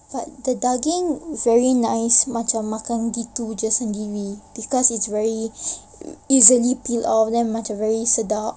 but the daging very nice macam makan gitu macam sendiri because it's very easily peel off then macam very sedap